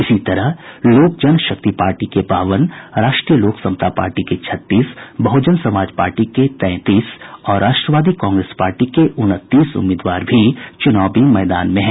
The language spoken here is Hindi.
इसी तरह लोक जनशक्ति पार्टी के बावन राष्ट्रीय लोक समता पार्टी के छत्तीस बहुजन समाज पार्टी के तैंतीस और राष्ट्रवादी कांग्रेस पार्टी के उनतीस उम्मीदवार भी चुनावी मैदान में हैं